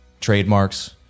trademarks